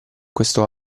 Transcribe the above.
questo